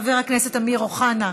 חבר הכנסת אמיר אוחנה,